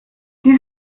dies